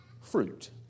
fruit